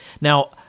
Now